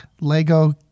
Lego